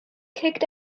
kicked